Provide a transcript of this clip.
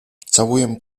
całuję